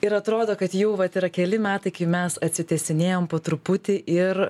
ir atrodo kad jau vat yra keli metai kai mes atsitiesinėjam po truputį ir